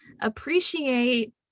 appreciate